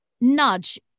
nudge